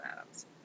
Adams